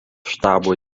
štabo